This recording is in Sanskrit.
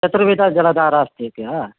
चतुर्विधजलादारा अस्ति इति वा